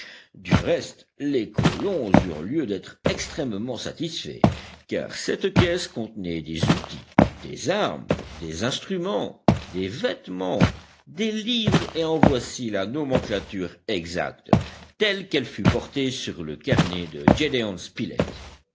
du reste les colons eurent lieu d'être extrêmement satisfaits car cette caisse contenait des outils des armes des instruments des vêtements des livres et en voici la nomenclature exacte telle qu'elle fut portée sur le carnet de